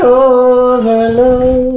overload